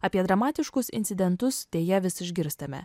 apie dramatiškus incidentus deja vis išgirstame